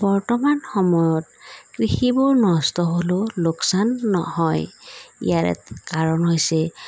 বৰ্তমান সময়ত কৃষিবোৰ নষ্ট হ'লেও লোকচান নহয় ইয়াৰে কাৰণ হৈছে